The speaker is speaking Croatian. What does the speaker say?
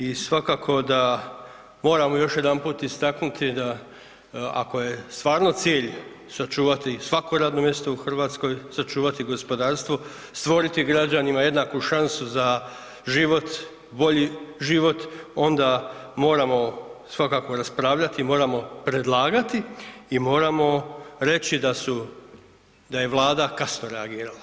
I svakako da moramo još jedanput istaknuti da ako je stvarno cilj sačuvati svako radno mjesto u Hrvatskoj, sačuvati gospodarstvo, stvoriti građanima jednaku šansu za bolji život onda moramo svakako raspravljati i moramo predlagati i moramo reći da je Vlada kasno reagirala.